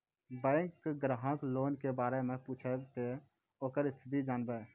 Bank ग्राहक loan के बारे मैं पुछेब ते ओकर स्थिति जॉनब?